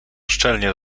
szczelnie